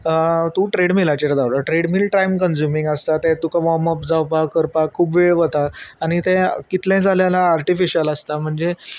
तूं ट्रेडमिलाचेर धांवलो ट्रेडमील टायम कंज्युमींग आसता तें तुका वॉर्म अप जावपाक करपाक खूब वेळ वता आनी ते कितलें जालें जाल्यार आर्टिफिशल आसता म्हणजे